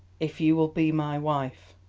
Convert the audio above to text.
if you will be my wife?